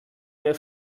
mehr